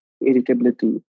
irritability